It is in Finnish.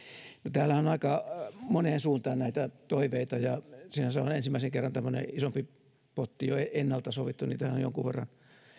täällähän on aika moneen suuntaan näitä toiveita ja sinänsä on ensimmäisen kerran tämmöinen isompi potti jo ennalta sovittu niitähän on jo jonkun verran